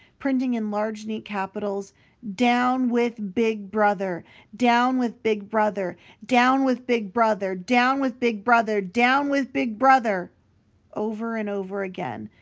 printing in large neat capitals down with big brother down with big brother down with big brother down with big brother down with big brother over and over again,